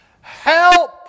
Help